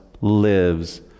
lives